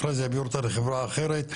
אחרי זה העבירו לחברה אחרת,